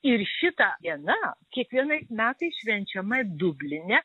ir šita diena kiekvienais metais švenčiama dubline